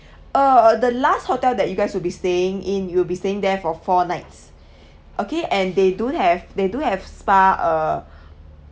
uh the last hotel that you guys will be staying in you'll be staying there for four nights okay and they do have they do have spa uh